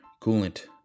coolant